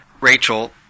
rachel